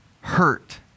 hurt